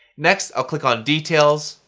next, i'll click on details,